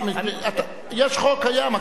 יש חוק קיים.